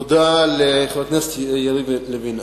תודה לחבר הכנסת יריב לוין.